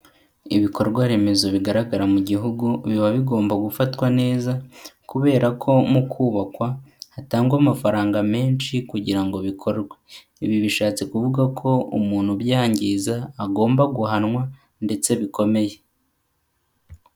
Ibikorwa remezo bigaragara mu Gihugu biba bigomba gufatwa neza, kubera ko mu kubakwa hatangwa amafaranga menshi kugira ngo bikorwe. Ibi bishatse kuvuga ko umuntu ubyangiza, agomba guhanwa ndetse bikomeye.